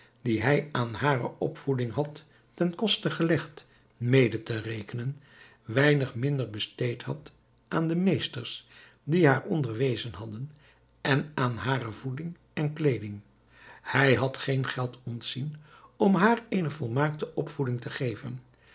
die hij aan hare opvoeding had ten koste gelegd mede te rekenen weinig minder besteed had aan de meesters die haar onderwezen hadden en aan hare voeding en kleeding hij had geen geld ontzien om haar eene volmaakte opvoeding te geven